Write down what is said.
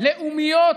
לאומיות,